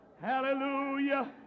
hallelujah